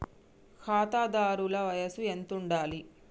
ఖాతాదారుల వయసు ఎంతుండాలి?